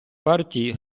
партій